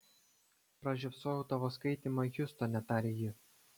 pražiopsojau tavo skaitymą hjustone tarė ji